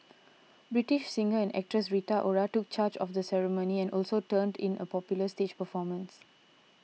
British singer and actress Rita Ora took charge of the ceremony and also turned in a popular stage performance